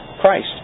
Christ